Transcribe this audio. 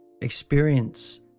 experience